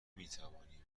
میتوانیم